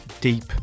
deep